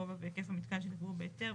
גובה והיקף המיתקן שנקבעו בהיתר,